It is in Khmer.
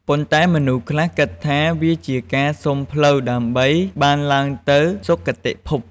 ប៉ុន្តែមនុស្សខ្លះគិតថា វាជាការសុំផ្លូវ ដើម្បីបានឡើងទៅសុគតិភព។